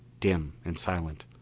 dim and silent,